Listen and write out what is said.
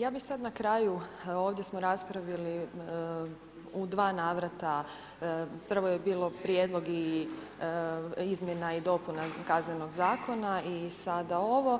Ja bi sad na kraju, ovdje smo raspravili u dva navrata, prvo je bilo prijedlog i izmjena i dopuna Kaznenog zakona i sada ovo